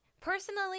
Personally